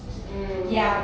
mm